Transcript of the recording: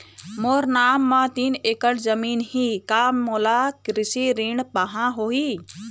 मोर नाम म तीन एकड़ जमीन ही का मोला कृषि ऋण पाहां होही?